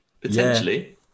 potentially